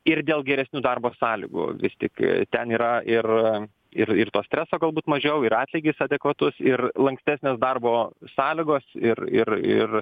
ir dėl geresnių darbo sąlygų vis tik ten yra ir ir ir to streso galbūt mažiau ir atlygis adekvatus ir lankstesnės darbo sąlygos ir ir ir